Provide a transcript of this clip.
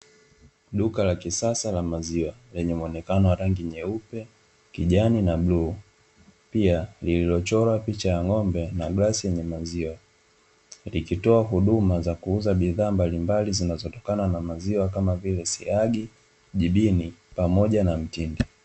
Duka la kisasa la maziwa, lenye muonekano wa rangi nyeupe, kijani na bluu, pia lililochorwa picha ya ng'ombe na glasi yenye maziwa, likitoa huduma za kuuza bidhaa mbalimbali zinazotokana na maziwa; kama vile: siagi, jibini pamoja na mtindi.